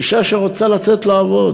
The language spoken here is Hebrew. אישה שרוצה לצאת לעבוד,